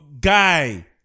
guy